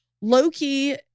Loki